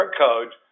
code